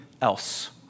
else